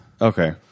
Okay